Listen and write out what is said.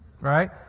right